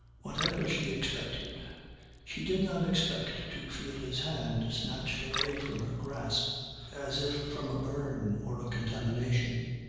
whatever she expected she did not expect to feel his hand snatched away from her grasp as if from a burn or a contamination.